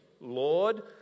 Lord